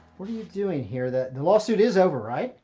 what are you doing here? the the lawsuit is over, right?